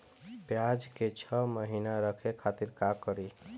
प्याज के छह महीना रखे खातिर का करी?